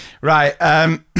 Right